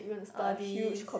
all these